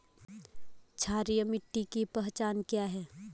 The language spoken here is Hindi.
क्षारीय मिट्टी की पहचान क्या है?